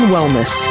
Wellness